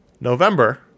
November